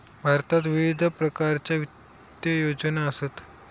भारतात विविध प्रकारच्या वित्त योजना असत